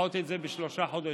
לדחות את זה בשלושה חודשים,